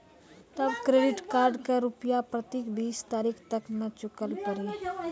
तब credit card के रूपिया प्रतीक बीस तारीख तक मे चुकल पड़ी?